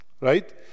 right